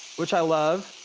which i love.